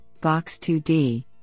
Box2D